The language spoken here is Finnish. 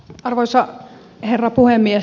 arvoisa herra puhemies